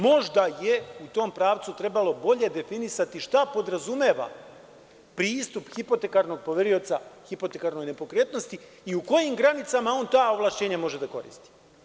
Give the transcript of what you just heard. Možda je u tom pravcu trebalo bolje definisati šta podrazumeva pristup hipotekarnog poverioca hipotekarnoj nepokretnosti i u kojim granicama on ta ovlašćenja može da koristi.